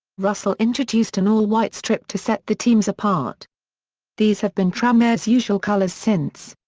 russell introduced an all-white strip to set the teams apart these have been tranmere's usual colours since.